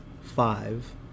Five